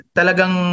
talagang